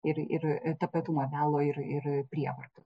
ir ir tapatumą melo ir ir prievartos